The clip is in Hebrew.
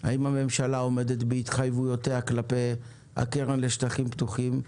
האם הממשלה עומדת בהתחייבויותיה כלפי הקרן לשטחים פתוחים,